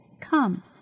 Come